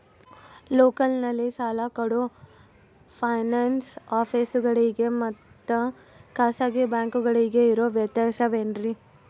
ಲೋಕಲ್ನಲ್ಲಿ ಸಾಲ ಕೊಡೋ ಫೈನಾನ್ಸ್ ಆಫೇಸುಗಳಿಗೆ ಮತ್ತಾ ಖಾಸಗಿ ಬ್ಯಾಂಕುಗಳಿಗೆ ಇರೋ ವ್ಯತ್ಯಾಸವೇನ್ರಿ?